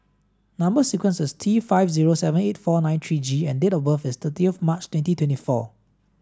number sequence is T five zero seven eight four nine three G and date of birth is thirty of March twenty twenty four